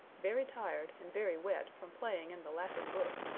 very tired and very wet from playing in the laughing brook,